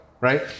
right